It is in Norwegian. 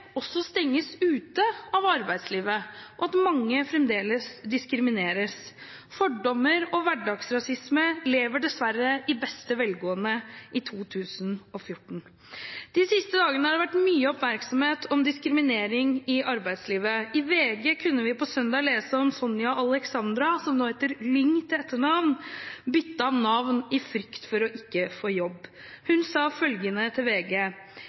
også stenges ute fra arbeidslivet, og at mange fremdeles diskrimineres. Fordommer og hverdagsrasisme lever dessverre i beste velgående i 2014. De siste dagene har det vært mye oppmerksomhet om diskriminering i arbeidslivet. I VG på søndag kunne vi lese om Sonja Alexandra, som nå heter Lyng til etternavn, som byttet navn i frykt for ikke å få jobb. Hun sa følgende til VG: